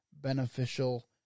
beneficial